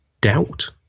doubt